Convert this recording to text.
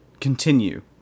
continue